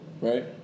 right